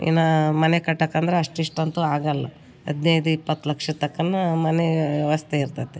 ಇನ್ನು ಮನೆ ಕಟ್ಟಕ್ಕಂದ್ರೆ ಅಷ್ಟಿಷ್ಟಂತು ಆಗೋಲ್ಲ ಹದಿನೈದು ಇಪ್ಪತ್ತು ಲಕ್ಷ ತನ್ಕನ ಮನೆ ವ್ಯವಸ್ಥೆ ಇರ್ತದೆ